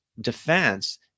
defense